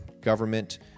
government